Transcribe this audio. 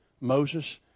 Moses